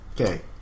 Okay